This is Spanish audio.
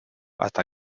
hasta